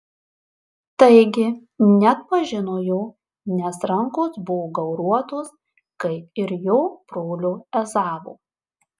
taigi neatpažino jo nes rankos buvo gauruotos kaip ir jo brolio ezavo